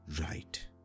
right